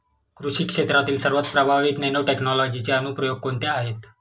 कृषी क्षेत्रातील सर्वात प्रभावी नॅनोटेक्नॉलॉजीचे अनुप्रयोग कोणते आहेत?